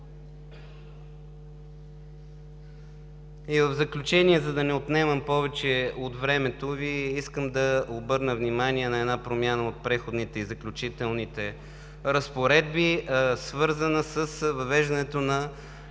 В заключение, за да не отнемам повече от времето Ви, искам да обърна внимание на една промяна от Преходните и заключителните разпоредби, свързана с въвеждането на